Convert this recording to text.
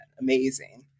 Amazing